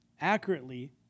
accurately